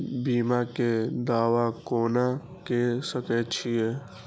बीमा के दावा कोना के सके छिऐ?